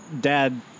dad